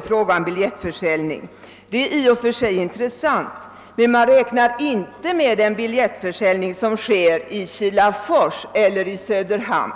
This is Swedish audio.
Tabellen bygger på biljettförsäljningen, och den är i och för sig intressant, men man räknar inte med den biljettförsäljning som sker i Kilafors och Söderhamn